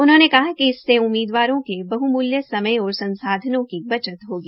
उन्होंने कहा कि इससे उम्मीदवारों के बहमूल्य समय और संसाधनों की बचत होगी